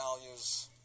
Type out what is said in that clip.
values